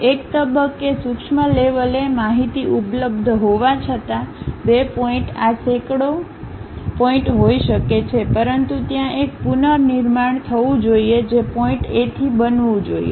એક તબક્કે સૂક્ષ્મ લેવલે માહિતી ઉપલબ્ધ હોવા છતાં બે પોઇન્ટઓ સેંકડો પોઇન્ટ હોઈ શકે છે પરંતુ ત્યાં એક પુનર્નિર્માણ થવું જોઈએ જે પોઇન્ટએથી બનવું જોઈએ